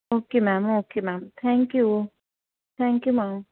okay ma'am okay ma'am thank you thank you ma'am